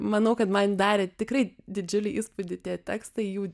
manau kad man darė tikrai didžiulį įspūdį tie tekstai jų